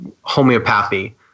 homeopathy